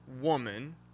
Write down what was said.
woman